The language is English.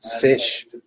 fish